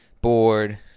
bored